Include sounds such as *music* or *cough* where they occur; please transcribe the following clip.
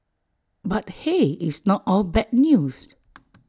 but hey it's not all bad news *noise*